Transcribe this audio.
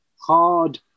hard